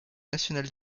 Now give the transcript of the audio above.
nationale